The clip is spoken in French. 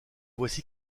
voici